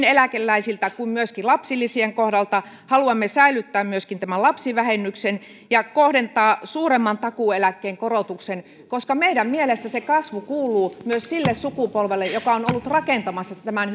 eläkeläisiltä kuin myöskin lapsilisien kohdalta haluamme säilyttää myöskin lapsivähennyksen ja kohdentaa suuremman takuueläkkeen korotuksen koska meidän mielestämme kasvu kuuluu myös sille sukupolvelle joka on ollut rakentamassa tämän